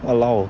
!walao!